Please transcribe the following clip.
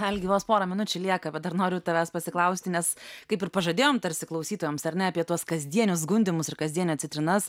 algi vos pora minučių lieka bet dar noriu tavęs pasiklausti nes kaip ir pažadėjom tarsi klausytojams ar ne apie tuos kasdienius gundymus ir kasdienio citrinas